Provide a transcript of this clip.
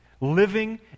Living